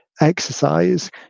exercise